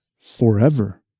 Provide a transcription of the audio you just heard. forever